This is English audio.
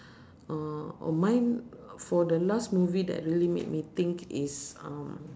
uh oh mine for the last movie that really make me think is um